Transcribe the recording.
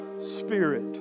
spirit